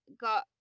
got